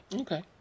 okay